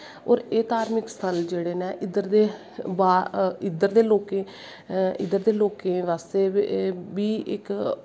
और एह् धार्मिक स्थल जेह्ड़े नै इध्दर दे लोकें बास्ते बी इक